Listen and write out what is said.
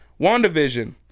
WandaVision